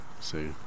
see